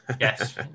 yes